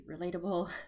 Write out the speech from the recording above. relatable